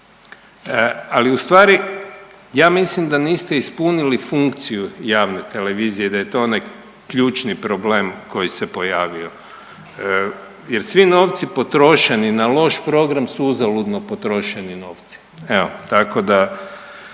Ali ustvari ja mislim da niste ispunili funkciju javne televizije, da je to ona ključni problem koji se pojavio jer svi novci potrošeni na loš program su uzaludno potrošeni novci. Evo, tako da